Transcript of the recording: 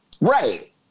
Right